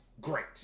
great